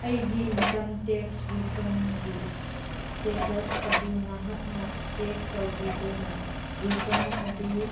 ꯑꯩꯒꯤ income tax ꯔꯤꯐꯟꯒꯤ status ꯑꯗꯨ ꯅꯍꯥꯛꯅ ꯆꯦꯛ ꯇꯧꯕꯤꯗꯨꯅ ꯔꯤꯐꯟ ꯑꯗꯨ